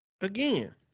Again